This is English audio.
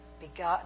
begotten